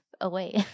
away